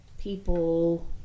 people